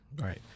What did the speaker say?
Right